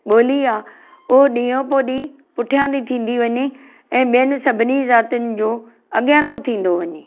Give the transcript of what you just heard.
ॿोली आहे उहो ॾींहों पोइ ॾींहं पुठियां थी थींदी वञे ऐं ॿियनि सभिनी ज़ातियुनि जो अॻियां थो थींदो वञे